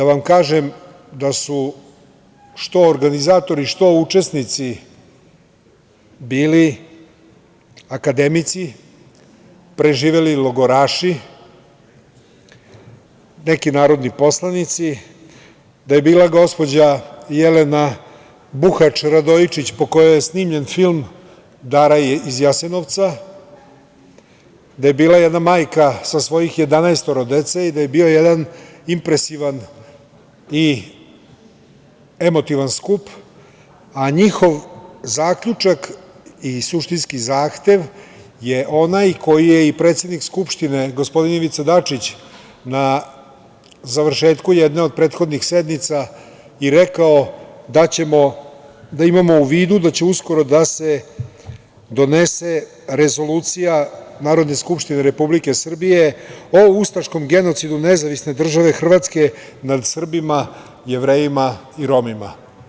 Da vam kažem da su što organizatori, što učesnici bili akademici, preživeli logoraši, neki narodni poslanici, da je bila gospođa Jelena Buhač Radojičić, po kojoj je snimljen film „Dara iz Jasenovca“, da je bila jedna majka jedanaestoro dece i da je bio jedan impresivan i emotivan skup, a njihov zaključak i suštinski zahtev je onaj koji je i predsednik Skupštine gospodin Ivica Dačić na završetku jedne od prethodnih sednica i rekao da ćemo da imao u vidu da će uskoro da se donese rezolucija Narodne skupštine Republike Srbije o ustaškom genocidu NDH nad Srbima, Jevrejima i Romima.